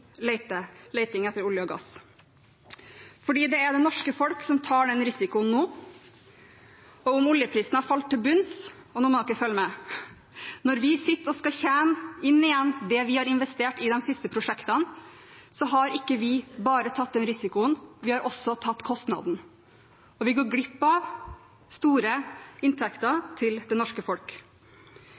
etter olje og gass. Det er det norske folk som tar den risikoen nå, og om oljeprisen har falt til bunns – og nå må dere følge med – når vi sitter og skal tjene inn igjen det vi har investert i de siste prosjektene, har vi ikke bare tatt risikoen. Vi har også tatt kostnaden, og vi går glipp av store inntekter til det norske folk.